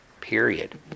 Period